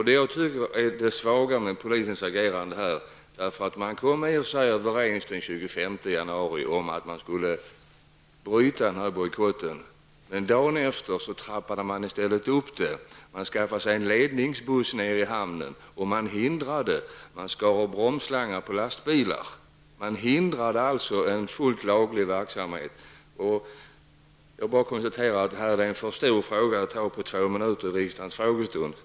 Det svaga i polisens agerande ligger i att man den 25 januari kom överens om att bryta bojkotten men att man sedan dagen efter i stället trappade upp det hela. Man skaffade sig en ledningsbuss nere i hamnen och skar av bromsslangar på lastbilar. En fullt laglig verksamhet hindrades alltså. Jag konstaterar att det här är en alltför stor fråga för att behandlas på två minuter under en frågestund i riksdagen.